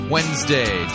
Wednesday